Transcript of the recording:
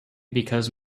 because